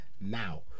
now